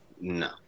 no